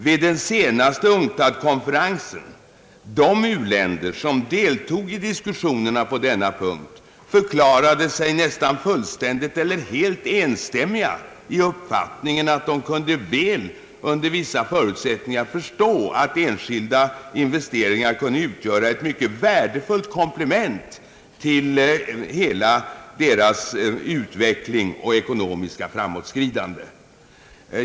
Vid den senaste UNCTAD-konferensen förklarade sig de länder, som deltog i diskussionerna på denna punkt, nästan helt enstämmigt den uppfattningen att de under vissa förutsättningar väl kunde förstå att enskilda investeringar kunde utgöra ett mycket värdefullt komplement till deras utveckling och ekonomiska framåtskridande.